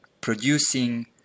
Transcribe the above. producing